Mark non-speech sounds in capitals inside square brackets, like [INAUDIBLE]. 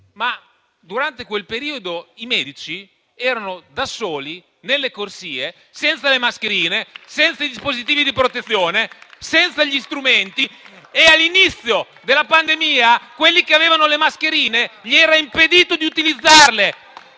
ma durante quel periodo i medici erano da soli nelle corsie, senza le mascherine, senza i dispositivi di protezione e senza gli strumenti. [APPLAUSE] All'inizio della pandemia a coloro che avevano le mascherine era impedito di utilizzarle.